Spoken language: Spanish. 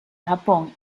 japón